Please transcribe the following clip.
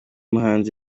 muhanzi